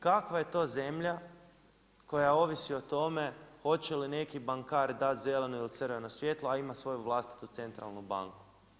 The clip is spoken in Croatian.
Kakva je to zemlja koja ovisi o tome hoće li neki bankar dati zeleno ili crveno svijetlo, a ima svoju vlastitu centralnu banku.